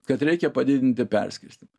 kad reikia padidinti perskirstymą